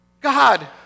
God